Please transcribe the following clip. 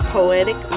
Poetic